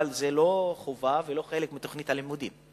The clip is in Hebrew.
אבל זו לא חובה ולא חלק מתוכנית הלימודים.